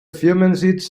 firmensitz